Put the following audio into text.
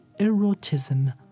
erotism